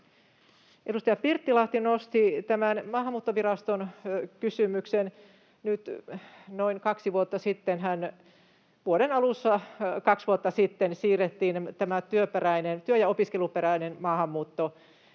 Edustaja Pirttilahti nosti tämän Maahanmuuttoviraston kysymyksen. Nyt noin kaksi vuotta sittenhän, vuoden alussa kaksi vuotta sitten siirrettiin tämä työ- ja opiskeluperäinen maahanmuutto työ-